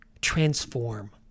transform